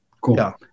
Cool